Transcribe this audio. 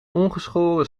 ongeschoren